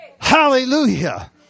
Hallelujah